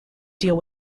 deal